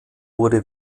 wurde